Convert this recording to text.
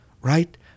right